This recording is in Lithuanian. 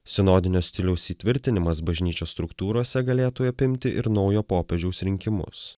sinodinio stiliaus įtvirtinimas bažnyčios struktūrose galėtų apimti ir naujo popiežiaus rinkimus